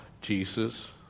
Jesus